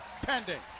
Pending